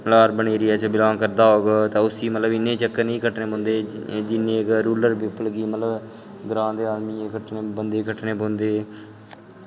urban area च belong करदा होग तां उस्सी मतलब इन्ने चक्कर नेईं कट्टने पौंदे जिन्ने कि रुरल प्यूपल गी मतलब ग्रांऽ दे बंदे गी कट्टनें पौंदे